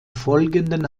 folgenden